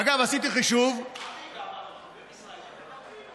אגב, עשיתי חישוב, אבי, גם ערבים ישראלים מקבלים?